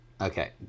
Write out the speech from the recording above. Okay